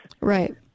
right